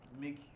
make